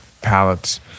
palettes